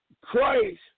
Christ